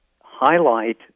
highlight